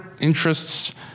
interests